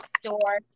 store